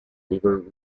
river